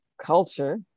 culture